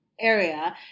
area